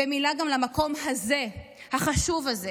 ומילה גם למקום החשוב הזה.